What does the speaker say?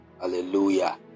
Hallelujah